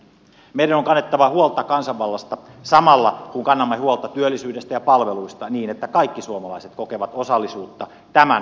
meidän on kannettava huolta kansanvallasta samalla kun kannamme huolta työllisyydestä ja palveluista niin että kaikki suomalaiset kokevat osallisuutta tämän maan rakentamiseen